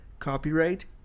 Copyright